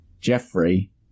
Jeffrey